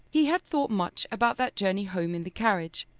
he had thought much about that journey home in the carriage,